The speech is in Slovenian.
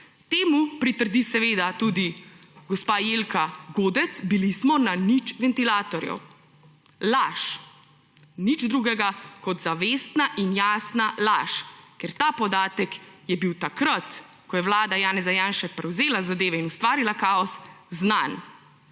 Temu pritrdi seveda tudi gospa Jelka Godec, da smo bili na nič ventilatorjev. Laž! Nič drugega kot zavestna in jasna laž. Ker ta podatek je bil takrat, ko je vlada Janeza Janše prevzela zadeve in ustvarila kaos, znan.